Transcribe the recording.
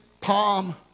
palm